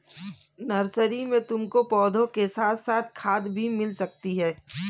nursery में तुमको पौधों के साथ साथ खाद भी मिल सकती है